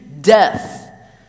death